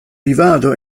vivado